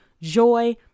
joy